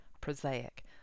prosaic